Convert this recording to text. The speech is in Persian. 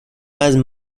وزن